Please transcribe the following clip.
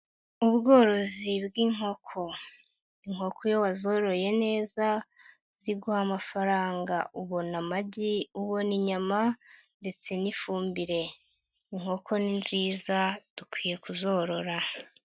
Ubworozi bw'inkoko. Inkoko iyo wazoroye neza, ziguha amafaranga, ubona amagi, ubona inyama ndetse n'ifumbire. Inkoko ni nziza dukwiye kuzorora.